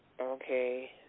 Okay